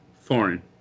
foreign